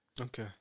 Okay